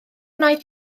wnaeth